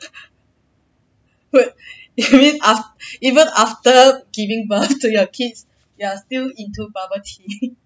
wait you mean aft~ even after giving birth to your kids you are still into bubble tea